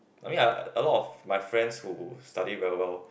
I mean uh a lot of my friends who study very well